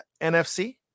NFC